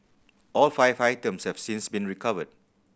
all five items have since been recovered